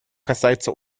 касается